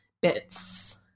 bits